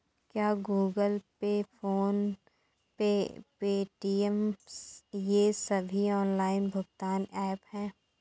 क्या Google Pay PhonePe Paytm ये सभी ऑनलाइन भुगतान ऐप हैं?